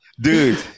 Dude